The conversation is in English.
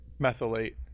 methylate